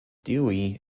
dewey